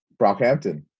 Brockhampton